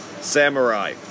Samurai